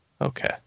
Okay